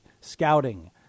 scouting